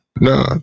No